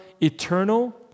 eternal